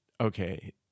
Okay